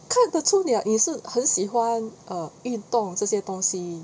看得出 like 你是很喜欢 err 运动这些东西